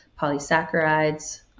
polysaccharides